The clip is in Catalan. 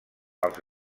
als